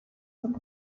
some